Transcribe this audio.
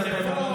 תמונה של אגרוף.